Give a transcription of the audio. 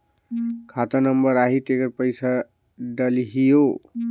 खाता नंबर आही तेकर पइसा डलहीओ?